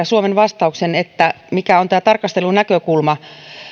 suomen vastauksen että tämä tarkastelunäkökulma